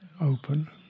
open